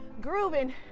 grooving